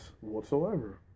whatsoever